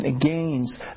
gains